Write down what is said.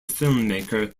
filmmaker